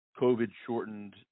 COVID-shortened